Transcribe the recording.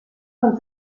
von